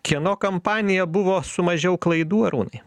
kieno kampanija buvo su mažiau klaidų arūnai